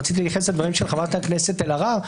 אבל רציתי להתייחס לדברים של חברת הכנסת אלהרר.